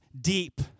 deep